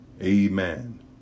amen